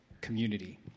community